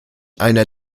einer